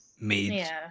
made